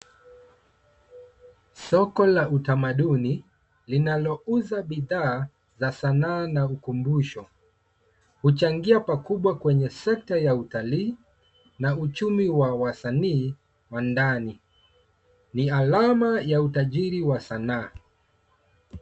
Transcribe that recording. Soko la utamaduni, linalouza bidhaa za sanaa na ukumbusho. Huchangia pakubwa kwenye sekta ya utalii na uchumi wa wasanii wa ndani. Ni alama ya utajiri wa sanaa.